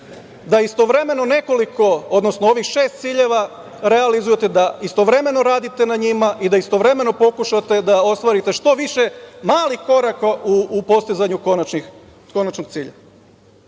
da istovremeno nekoliko, odnosno ovih šest ciljeva realizujete da istovremeno radite na njima, i da istovremeno pokušate da ostvarite što više malih koraka u postizanju konačnog cilja. Važno